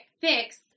fix